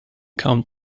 come